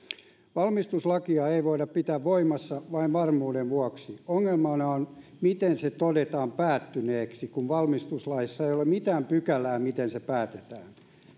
valmistuslakia ei voida pitää voimassa vain varmuuden vuoksi ongelmana on miten se todetaan päättyneeksi kun valmistuslaissa ei ole ole mitään pykälää miten se päätetään